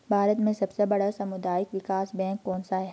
भारत में सबसे बड़ा सामुदायिक विकास बैंक कौनसा है?